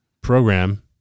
program